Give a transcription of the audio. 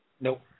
Nope